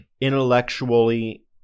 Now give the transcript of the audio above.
intellectually